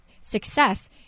success